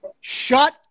Shut